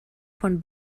von